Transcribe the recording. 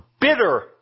bitter